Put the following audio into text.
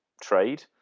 trade